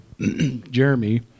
Jeremy